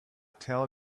tell